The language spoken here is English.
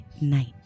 night